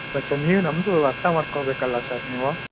ನೀವು ನಮ್ಮದು ಅರ್ಥ ಮಾಡ್ಕೊಬೇಕಲ್ಲ ಸರ್ ನೀವು